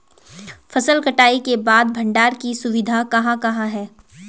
फसल कटाई के बाद भंडारण की सुविधाएं कहाँ कहाँ हैं?